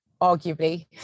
arguably